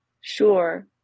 Sure